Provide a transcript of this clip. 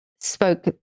spoke